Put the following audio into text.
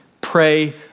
pray